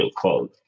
called